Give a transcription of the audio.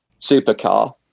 supercar